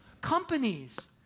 Companies